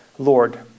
Lord